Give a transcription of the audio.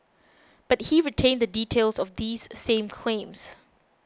but he retained the details of these same claims